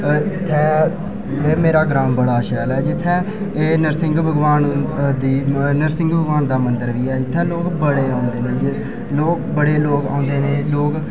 इत्थै एह् मेरा ग्रांऽ बड़ा शैल ऐ जित्थें कि एह् जित्थें नरसिंघ भगवान दी नरसिंघ भगवान दा मंदिर बी ऐ इत्थें लोक बड़े औंदे न बड़े लोक औंदे न